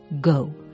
Go